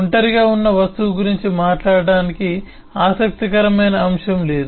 ఒంటరిగా ఉన్న వస్తువు గురించి మాట్లాడటానికి ఆసక్తికరమైన అంశం లేదు